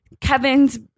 Kevin's